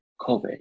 COVID